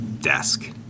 desk